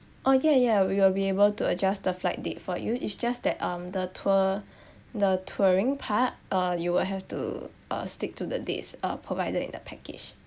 oh ya ya we will be able to adjust the flight date for you is just that um the tour the touring part uh you will have to uh stick to the dates uh provided in the package